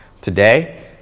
Today